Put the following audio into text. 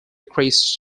kris